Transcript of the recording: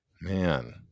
man